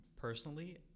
Personally